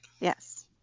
yes